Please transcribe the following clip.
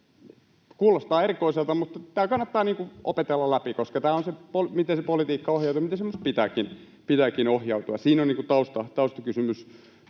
kuulostaa erikoiselta, mutta tämä kannattaa ikään kuin opetella läpi, koska tämä on se, miten se politiikka ohjautuu ja miten sen myös pitääkin ohjautua. Siinä on taustakysymys